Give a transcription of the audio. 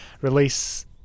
release